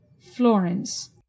Florence